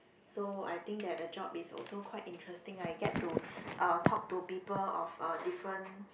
so I think that the job is also quite interesting ah you get to uh talk to people of uh different